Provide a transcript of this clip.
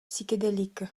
psychédélique